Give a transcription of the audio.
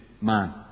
man